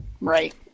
Right